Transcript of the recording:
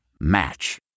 Match